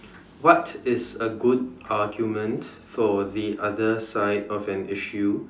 what is a good argument for the other side of an issue